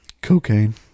Cocaine